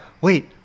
wait